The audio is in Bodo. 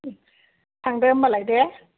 थांदो होमबालाय दे